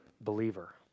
believer